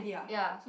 ya